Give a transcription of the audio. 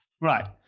Right